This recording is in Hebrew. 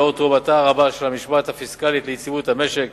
לאור תרומתה הרבה של המשמעת הפיסקלית ליציבות המשק,